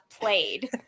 played